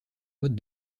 modes